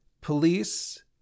police